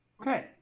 Okay